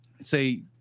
say